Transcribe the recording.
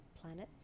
planets